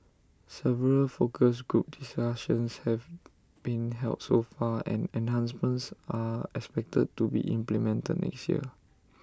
several focus group discussions have been held so far and enhancements are expected to be implemented next year